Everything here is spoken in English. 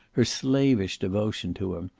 her slavish devotion to him,